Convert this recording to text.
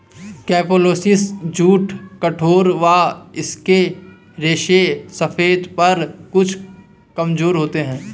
capsularis jute कठोर व इसके रेशे सफेद पर कुछ कमजोर होते हैं